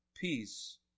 Peace